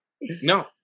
no